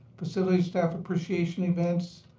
facility staff appreciation events,